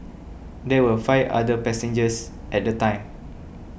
there were five other passengers at the time